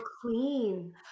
clean